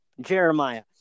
Jeremiah